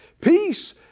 Peace